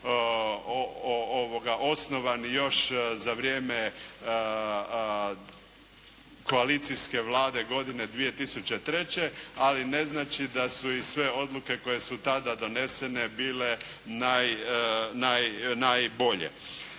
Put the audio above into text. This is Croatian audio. osnovani još za vrijeme koalicijske Vlade godine 2003. ali ne znači i da su sve odluke koje su tada donesene bile najbolje.